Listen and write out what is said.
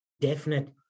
definite